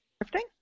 Drifting